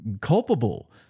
culpable